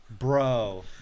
Bro